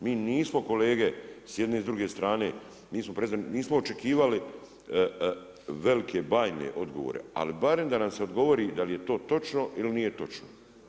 Mi nismo kolege s jedne i s druge strane, nismo očekivali velike bajne odgovore, ali barem da nam se odgovori da li je to točno ili nije točno.